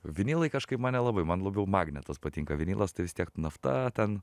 vinilai kažkaip man nelabai man labiau magnetas patinka vinilas tai vis tiek nafta ten